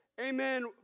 amen